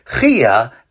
Chia